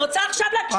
אני רוצה עכשיו להקשיב.